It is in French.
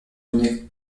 une